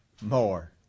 more